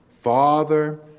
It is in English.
Father